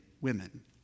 women